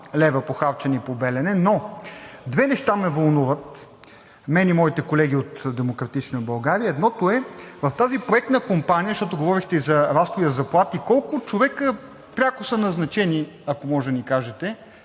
лв., похарчени по „Белене“. Две неща вълнуват мен и моите колеги от „Демократична България“. Едното е: в тази проектна компания, защото говорихте за разходи за заплати, колко човека пряко са назначени? Ако може, да ни кажете.